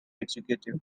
executive